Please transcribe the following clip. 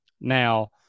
Now